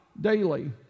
daily